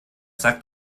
sagt